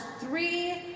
three